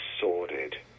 sordid